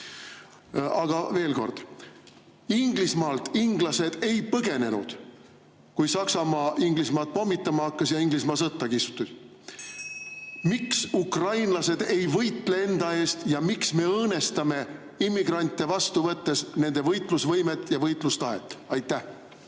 Aga veel kord: Inglismaalt inglased ei põgenenud, kui Saksamaa Inglismaad pommitama hakkas ja Inglismaa sõtta kisti. Miks ukrainlased ei võitle enda eest ja miks me õõnestame immigrante vastu võttes nende võitlusvõimet ja võitlustahet? Aitäh!